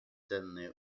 ценные